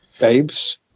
babes